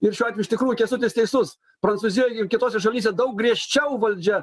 ir šiuo atveju iš tikrųjų kęstutis teisus prancūzijoj ir kitose šalyse daug griežčiau valdžia